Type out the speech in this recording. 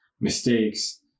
mistakes